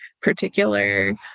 particular